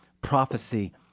prophecy